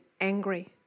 angry